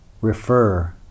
refer